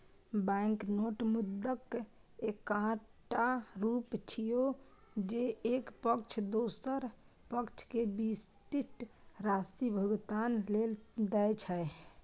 banknote मुद्राक एकटा रूप छियै, जे एक पक्ष दोसर पक्ष कें विशिष्ट राशि भुगतान लेल दै छै